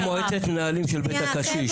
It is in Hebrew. זה מועדון, זה מועצת מנהלים של בית הקשיש.